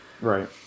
right